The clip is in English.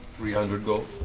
three hundred gold?